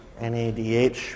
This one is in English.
NADH